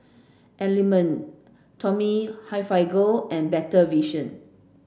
Element Tommy Hilfiger and Better Vision